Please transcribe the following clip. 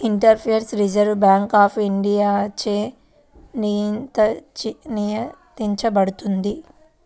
interface reserve bank of ఇండియాచే నియంత్రించబడుతుంది